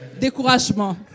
découragement